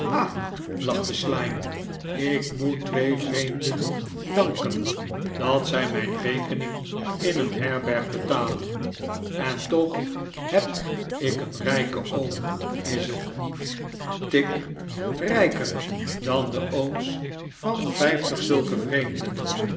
slyme ik moet twee vreemden danken dat zij mijn rekening in een herberg betalen en toch neb ik een rijken oom is r t niet r tigg rijker dan de ooms van vijftig zulke vreemden